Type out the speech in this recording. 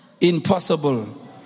impossible